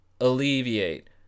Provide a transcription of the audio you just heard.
alleviate